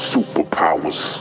Superpowers